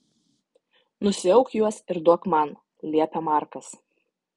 nusiauk juos ir duok man liepia markas